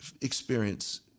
experience